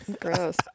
Gross